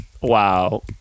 wow